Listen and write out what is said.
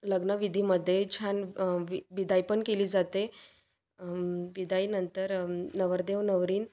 लग्नविधीमध्ये छान वि बिदाई पण केली जाते बिदाईनंतर नवरदेव नवरीन्